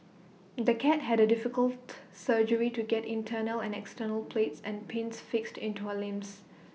the cat had A difficult surgery to get internal and external plates and pins fixed into her limbs